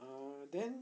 err then